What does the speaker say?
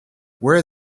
where